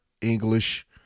English